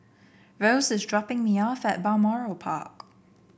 Rose is dropping me off at Balmoral Park